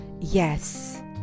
Yes